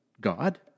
God